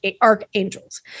archangels